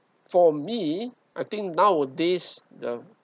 for me I think nowadays the